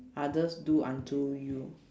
others do unto you